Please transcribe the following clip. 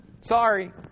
sorry